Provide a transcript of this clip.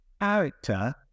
character